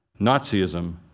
Nazism